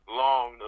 long